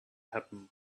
happen